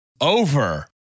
over